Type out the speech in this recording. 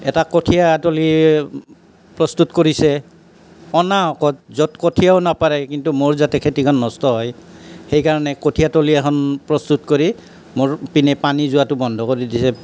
এটা কঠিয়া তলি প্ৰস্তুত কৰিছে অনাহকত য'ত কঠিয়াও নাপাৰে কিন্তু মোৰ যাতে খেতিখন নষ্ট হয় সেইকাৰণে কঠিয়া তলি এখন প্ৰস্তুত কৰি মোৰ পিনে পানী যোৱাটো বন্ধ কৰি দিছে